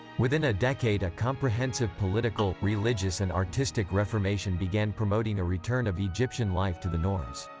within a decade a comprehensive political, religious and artistic reformation began promoting a return of egyptian life to the norms.